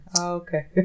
Okay